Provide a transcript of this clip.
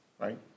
right